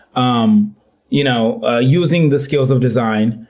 um you know ah using the skills of design,